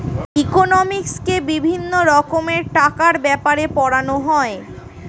ইকোনমিক্সে বিভিন্ন রকমের টাকার ব্যাপারে পড়ানো হয়